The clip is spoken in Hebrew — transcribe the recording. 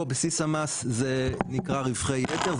פה בסיס המס זה נקרא רווחי יתר,